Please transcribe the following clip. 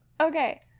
Okay